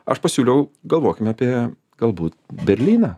aš pasiūliau galvokim apie galbūt berlyną